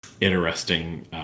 interesting